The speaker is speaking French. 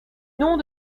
nom